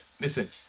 listen